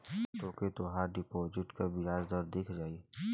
तोके तोहार डिपोसिट क बियाज दर दिख जाई